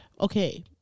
okay